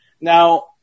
now